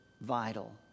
vital